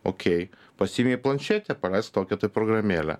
okei pasiėmei planšetę paleisk tokią tai programėlę